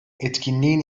etkinliğin